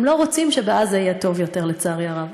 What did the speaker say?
הם לא רוצים שבעזה יהיה טוב יותר, לצערי הרב.